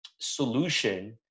solution